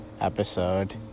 episode